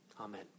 amen